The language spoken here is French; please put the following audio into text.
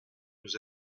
nous